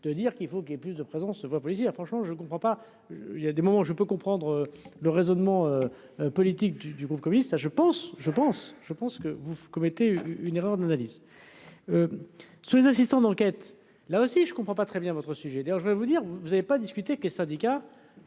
de dire qu'il faut qu'il y ait plus de présence voit policiers là franchement je ne comprends pas, il y a des moments, je peux comprendre le raisonnement politique du du groupe communiste, je pense, je pense, je pense que vous commettez une erreur d'analyse. Si les assistants d'enquête là aussi je ne comprends pas très bien votre sujet d'ailleurs, je vais vous dire vous vous n'avez pas discuté que syndicats